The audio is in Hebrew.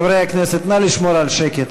חברי הכנסת, נא לשמור על שקט.